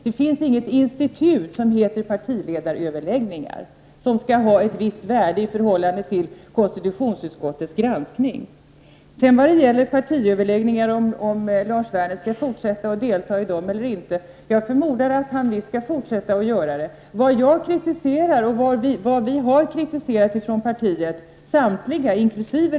Det finns inget institut som heter parti ledaröverläggningar och som har ett visst värde i förhållande till konstitutionsutskottets granskning. Vad det sedan gäller om Lars Werner skall fortsätta att delta i partiledaröverläggningar eller inte, förmodar jag att han kommer att fortsätta att göra det. Vad jag kritiserar, och vad vi har kritiserat från partiets sida inkl.